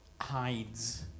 hides